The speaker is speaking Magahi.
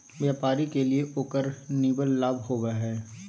व्यापारी के लिए उकर निवल लाभ होबा हइ